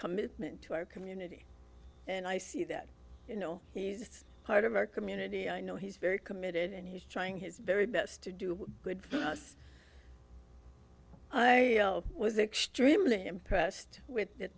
commitment to our community and i see that you know he's part of our community i know he's very committed and he's trying his very best to do good i was extremely impressed with th